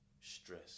stress